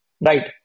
Right